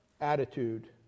attitude